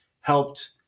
helped